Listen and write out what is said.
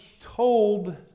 told